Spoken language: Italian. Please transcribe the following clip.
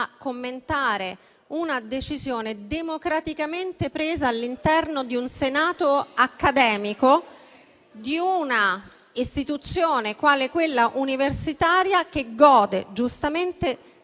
commentare una decisione democraticamente presa all'interno del Senato accademico di un'istituzione quale quella universitaria, che giustamente